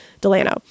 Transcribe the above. Delano